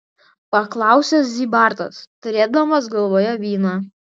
paklausė zybartas turėdamas galvoje vyną